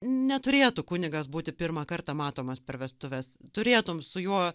neturėtų kunigas būti pirmą kartą matomas per vestuves turėtum su juo